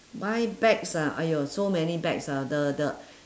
buy bags ah !aiyo! so many bags ah the the